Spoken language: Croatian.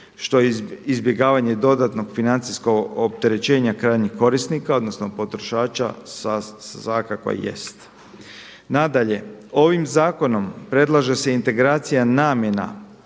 što je izbjegavanje dodatnog financijskog opterećenja krajnjih korisnika odnosno potrošača svakako jest. Nadalje, ovim zakonom predlaže se integracija namjena